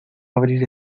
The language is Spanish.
abrir